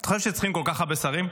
חושב שצריכים כל כך הרבה שרים?